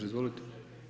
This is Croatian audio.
Izvolite.